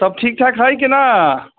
सब ठीकठाक हय की ना